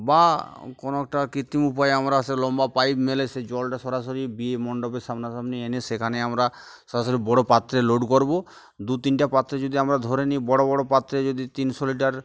বা কোনো একটা কৃত্রিম উপায়ে আমরা সে লম্বা পাইপ মেলে সেই জলটা সরাসরি বিয়ে মণ্ডপের সামনাসামনি এনে সেখানে আমরা সরাসরি বড়ো পাত্রে লোড করবো দু তিনটাে পাত্রে যদি আমরা ধরে নিই বড়ো বড়ো পাত্রে যদি তিনশো লিটার